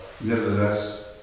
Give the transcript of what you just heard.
Nevertheless